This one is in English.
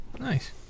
Nice